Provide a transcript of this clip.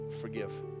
forgive